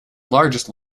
largest